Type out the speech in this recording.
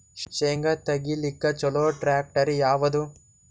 ಶೇಂಗಾ ತೆಗಿಲಿಕ್ಕ ಚಲೋ ಟ್ಯಾಕ್ಟರಿ ಯಾವಾದು?